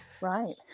Right